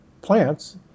plants